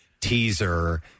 teaser